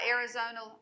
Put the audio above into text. Arizona